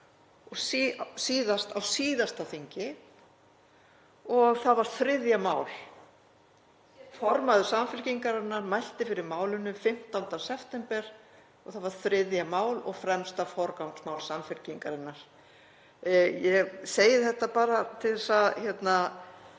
síðast á síðasta þingi og það var 3. mál. Formaður Samfylkingarinnar mælti fyrir málinu 15. september og það var 3. mál og fremsta forgangsmál Samfylkingarinnar. Ég segi þetta bara til að